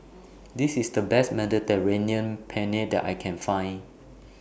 This IS The Best Mediterranean Penne that I Can Find